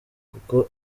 kuko